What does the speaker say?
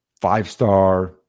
five-star